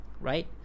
right